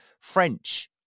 French